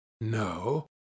no